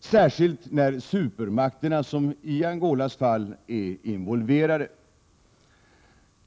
särskilt när supermakterna — som i Angolas fall—- är involverade.